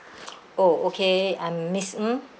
oh okay I'm miss ng